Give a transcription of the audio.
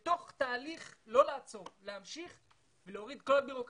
ולא לעצור בתוך התהליך אלא להמשיך ולהוריד את כל הבירוקרטיה.